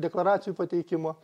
deklaracijų pateikimo